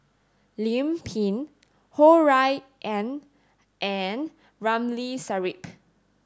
Lim Pin Ho Rui An and Ramli Sarip